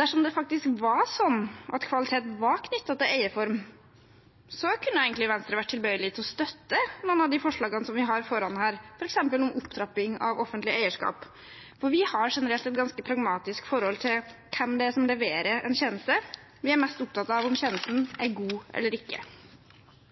Dersom det faktisk var sånn at kvalitet var knyttet til eierform, kunne Venstre egentlig vært tilbøyelig til å støtte noen av de forslagene som foreligger her, f.eks. om opptrapping av offentlig eierskap, for vi har generelt et ganske pragmatisk forhold til hvem som leverer en tjeneste. Vi er mest opptatt av om tjenesten er god eller ikke.